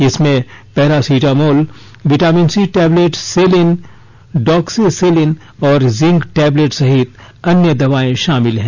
इसमें paracetamol vitamin C tablet Celin doxycycline और zinc tablet सहित अन्य दवाए शामिल हैं